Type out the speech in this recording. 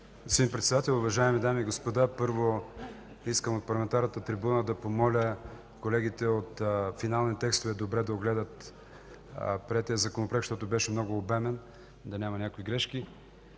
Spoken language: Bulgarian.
Председател, уважаеми дами и господа! Първо искам от парламентарната трибуна да помоля колегите от „Финални текстове” добре да огледат приетия Законопроект, защото беше много обемен – да няма някои грешки.